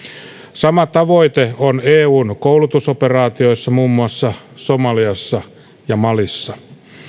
sama tavoite on eun koulutusoperaatioissa muun muassa somaliassa ja malissa